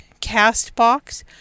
Castbox